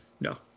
No